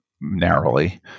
narrowly